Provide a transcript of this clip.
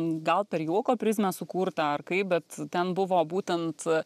gal per juoko prizmę sukurtą ar kaip bet ten buvo būtent